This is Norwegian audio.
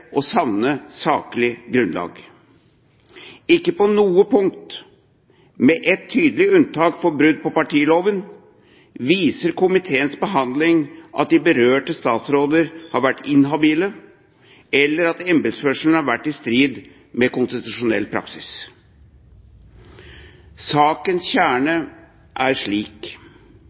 å savne saklig grunnlag. Ikke på noe punkt, med ett tydelig unntak for brudd på partiloven, viser komiteens behandling at de berørte statsråder har vært inhabile, eller at embetsførselen har vært i strid med konstitusjonell praksis. Sakens kjerne er slik: